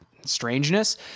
strangeness